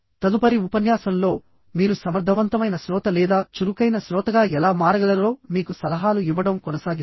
తదుపరి ఉపన్యాసంలో మీరు సమర్థవంతమైన శ్రోత లేదా చురుకైన శ్రోతగా ఎలా మారగలరో మీకు సలహాలు ఇవ్వడం కొనసాగిస్తాను